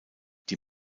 die